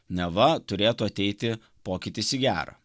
neva turėtų ateiti pokytis į gera